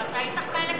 אתה היית חלק,